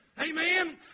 Amen